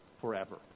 forever